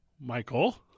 Michael